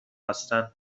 هستند